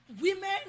Women